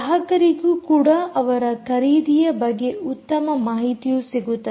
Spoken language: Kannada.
ಗ್ರಾಹಕರಿಗೂ ಕೂಡ ಅವರ ಖರೀದಿಯ ಬಗ್ಗೆ ಉತ್ತಮ ಮಾಹಿತಿಯು ಸಿಗುತ್ತದೆ